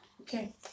okay